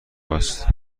است